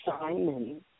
Simon